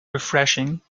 refreshing